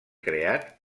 creat